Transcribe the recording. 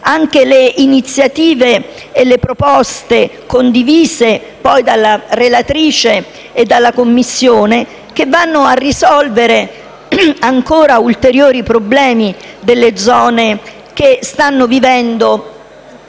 anche le iniziative e le proposte condivise poi dalla relatrice e dalla Commissione, che vanno a risolvere ancora ulteriori problemi delle zone che stanno vivendo